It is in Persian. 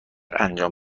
انجام